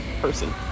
person